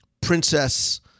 princess